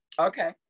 Okay